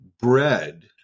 bread